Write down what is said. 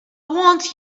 want